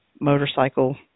motorcycle